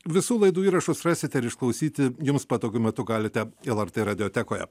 visų laidų įrašus rasite ir išklausyti jums patogiu metu galite lrt radiotekoje